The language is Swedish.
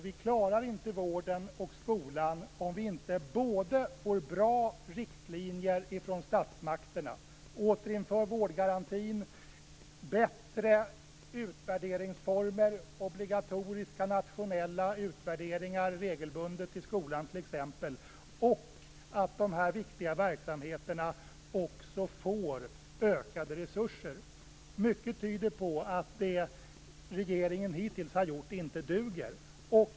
Vi klarar inte vården och skolan om vi inte både får bra riktlinjer från statsmakterna, återinför vårdgarantin, bättre utvärderingsformer, obligatoriska regelbundna nationella utvärderingar i skolan och att verksamheterna får ökade resurser. Mycket tyder på att det regeringen hittills har gjort inte duger.